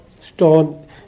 stone